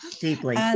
Deeply